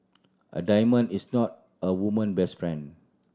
a diamond is not a woman best friend